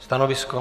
Stanovisko?